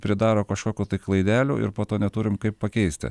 pridaro kažkokių tai klaidelių ir po to neturim kaip pakeisti